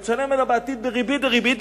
אבל היא תשלם עליה בעתיד בריבית דריבית,